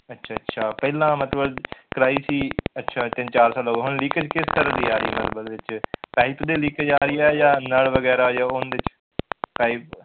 ਅੱਛਾ ਅੱਛਾ ਪਹਿਲਾਂ ਮਤਲਬ ਕਰਵਾਈ ਸੀ ਅੱਛਾ ਤਿੰਨ ਚਾਰ ਸਾਲ ਹੋ ਗਏ ਹੁਣ ਲੀਕੇਜ ਕਿਸ ਤਰ੍ਹਾਂ ਦੀ ਆ ਰਹੀ ਮਤਲਬ ਵਿੱਚ ਪਾਈਪ ਦੇ ਲੀਕੇਜ ਆ ਰਹੀ ਹੈ ਜਾਂ ਨਲ ਵਗੈਰਾ ਜਾਂ ਉਹਦੇ 'ਚ ਪਾਈਪ